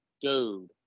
Dude